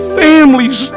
families